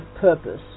purpose